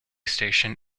station